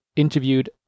interviewed